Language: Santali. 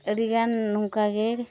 ᱟᱹᱰᱤᱜᱟᱱ ᱱᱚᱝᱠᱟᱜᱮ